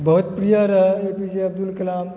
बहुत प्रिय रहऽ एपीजे अब्दुल कलाम